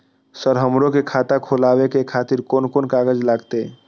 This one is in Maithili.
सर हमरो के खाता खोलावे के खातिर कोन कोन कागज लागते?